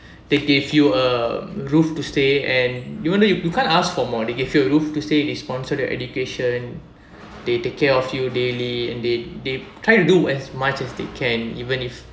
they give you a roof to stay and even though you can't ask for more they gave you a roof to stay they sponsor the education they take care of you daily and they they try to do as much as they can even if